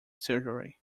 surgery